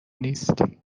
نیستی